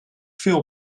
veel